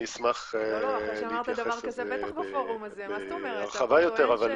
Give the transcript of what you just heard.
אני אשמח להתייחס לזה הרחבה יותר.